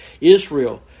Israel